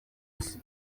isi